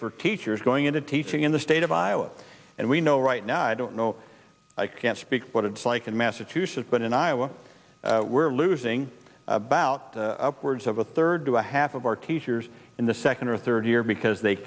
for teachers going into teaching in the state of iowa and we know right now i don't know i can't speak what it's like in massachusetts but in iowa we're losing about words of a third to a half of our teachers in the second or third year because they